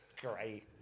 Great